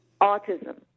autism